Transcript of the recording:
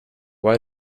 why